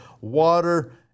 water